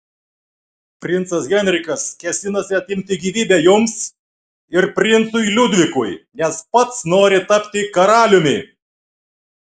princas henrikas kėsinasi atimti gyvybę jums ir princui liudvikui nes pats nori tapti karaliumi